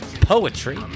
poetry